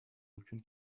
aucune